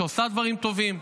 שעושה דברים טובים,